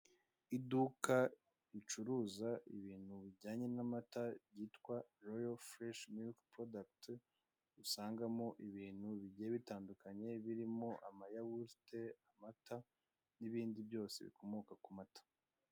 Iduka ricuruza ibintu bijyanye n'amata ryitwa Rayal Fresh Milk Product usangamo ibintu bigiye bitandukanye, birimo amayawurute amata n'ibindi byose bikomoka ku mata.